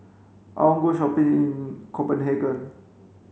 I want go shopping in Copenhagen